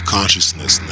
consciousness